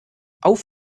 auf